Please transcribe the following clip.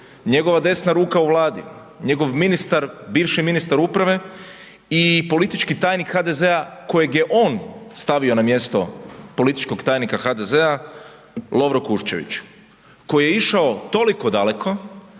njegova desna ruka u Vladi, njegov ministar, bivši ministar uprave i politički tajnik HDZ-a kojeg je on stavio na mjestu političkog tajnika HDZ-a Lovro Kuščević koji je išao toliko daleko